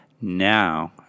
now